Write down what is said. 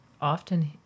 often